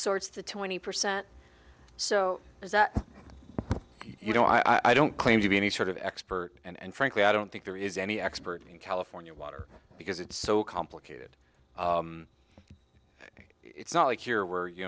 sorts the twenty percent or so is that you know i don't claim to be any sort of expert and frankly i don't think there is any expert in california water because it's so complicated it's not like you're where you